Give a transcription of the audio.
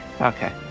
Okay